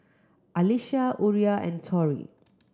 Alisha Uriah and Tory